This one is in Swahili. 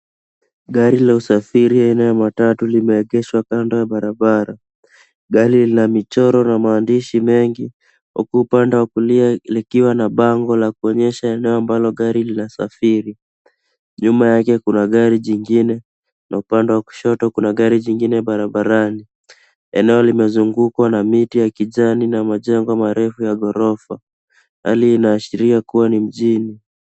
Gari la usafiri aina ya matatu limeegeshwa kando ya barabara. Gari lina michoro na maandishi mengi huku upande wa kulia likiwa na bango la kuonyesha eneo ambalo gari linasafiri. Nyuma yake kuna gari jingine na upande wa kushoto kuna gari jingine barabarani. Eneo limezungukwa na miti ya kijani na majengo marefu ya ghorofa. Hali inaashiria kuwa ni mjini.